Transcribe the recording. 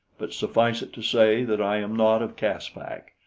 but suffice it to say that i am not of caspak.